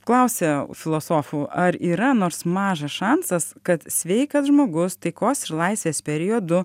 klausia filosofų ar yra nors mažas šansas kad sveikas žmogus taikos ir laisvės periodu